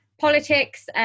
politics